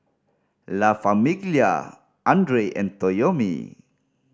La Famiglia Andre and Toyomi